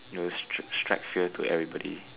it'll stri~ strike fear into everybody